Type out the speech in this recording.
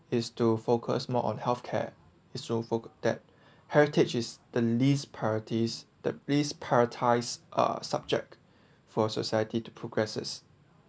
is to focus more on health care is will foc~ that heritage is the least priorities the least prioritized uh subject for society to progresses